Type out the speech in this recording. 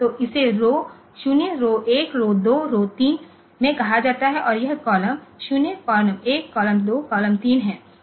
तो इसे row 0 row 1 row 2 row 3 में कहा जाता है और यह कॉलम 0 कॉलम 1कॉलम 2 कॉलम 3 है